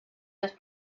this